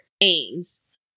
aims